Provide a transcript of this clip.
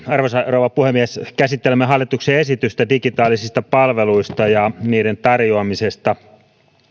arvoisa rouva puhemies käsittelemme hallituksen esitystä digitaalisista palveluista ja niiden tarjoamisesta